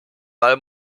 mal